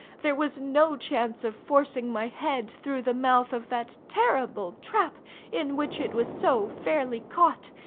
there was no chance of forcing my head through the mouth of that terrible trap in which it was so fairly caught,